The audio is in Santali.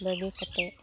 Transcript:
ᱵᱟᱹᱜᱤ ᱠᱟᱛᱮᱫ